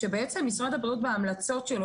כשבעצם משרד הבריאות בהמלצות שלו,